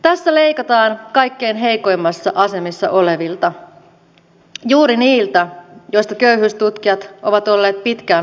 tässä leikataan kaikkein heikoimmassa asemassa olevilta juuri niiltä joista köyhyystutkijat ovat olleet pitkään huolestuneita